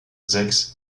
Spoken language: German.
sechs